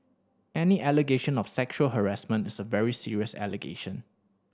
any allegation of sexual harassment is a very serious allegation